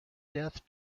death